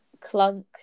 Clunk